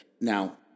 now